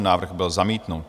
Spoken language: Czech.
Návrh byl zamítnut.